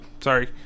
sorry